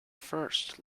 first